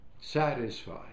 Satisfied